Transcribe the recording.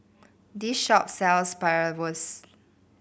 this shop sells Bratwurst